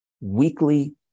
weekly